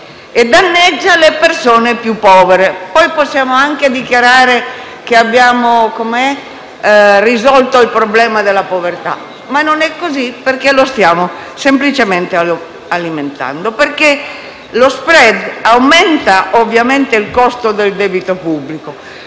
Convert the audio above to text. e danneggia le persone più povere. Possiamo anche dichiarare che abbiamo risolto il problema della povertà, ma non è così, perché lo stiamo semplicemente alimentando. Infatti, lo *spread* aumenta il costo del debito pubblico